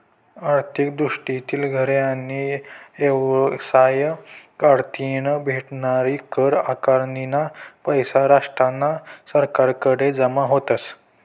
आर्थिक दृष्टीतीन घरे आणि येवसाय कढतीन भेटनारी कर आकारनीना पैसा राष्ट्रना सरकारकडे जमा व्हतस